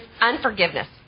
unforgiveness